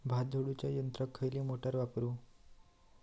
भात झोडूच्या यंत्राक खयली मोटार वापरू?